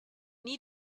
need